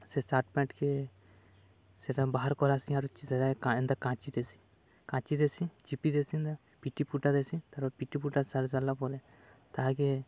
ସେ ସାର୍ଟ୍ ପ୍ୟାଣ୍ଟ୍କେ ସେଟା ବାହାର୍ କରାସି ଏନ୍ତା କାଚି ଦେସି କାଚି ଦେସି ଚିପି ଦେସି ପିଟି ପୁଟା ଦେସି ତାପରେ ପିଟି ପୁଟା ସାର୍ଲା ପରେ ତାହାକେ